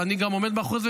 ואני עומד מאחורי זה,